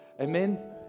Amen